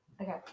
Okay